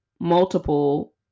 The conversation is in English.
multiple